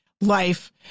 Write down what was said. life